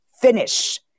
finish